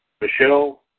Michelle